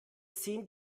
zehn